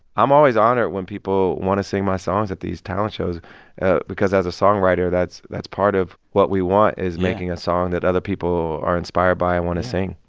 i'm always honored when people want to sing my songs at these talent shows because, as a songwriter, that's that's part of what we want. yeah. is making a song that other people are inspired by and want to sing